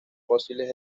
fósiles